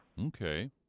Okay